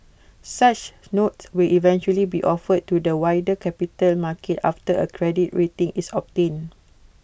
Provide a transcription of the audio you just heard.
such notes will eventually be offered to the wider capital market after A credit rating is obtained